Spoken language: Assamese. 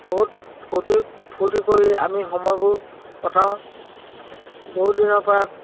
বহুত ফূৰ্তি ফূৰ্তি কৰি আমি সময়বোৰ কটাও বহুদিনৰ পৰা